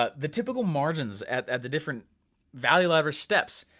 ah the typical margins at at the different value ladder steps,